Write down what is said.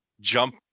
jump